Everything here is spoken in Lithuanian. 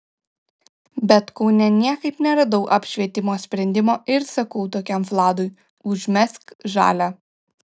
bet kaune niekaip neradau apšvietimo sprendimo ir sakau tokiam vladui užmesk žalią